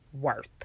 worth